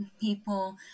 people